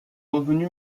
revenu